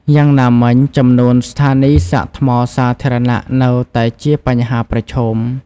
យ៉ាងណាមិញ ចំនួនស្ថានីយ៍សាកថ្មសាធារណៈនៅតែជាបញ្ហាប្រឈម។